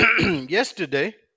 yesterday